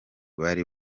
bari